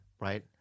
Right